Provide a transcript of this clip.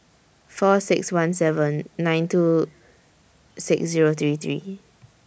four six one seven nine two six Zero three three